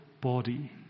body